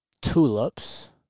tulips